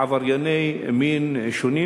עברייני מין שונים,